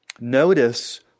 Notice